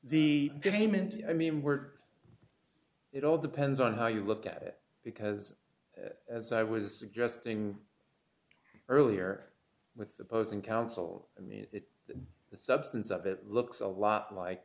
the game and i mean were it all depends on how you look at it because as i was just saying earlier with the posing counsel i mean that the substance of it looks a lot like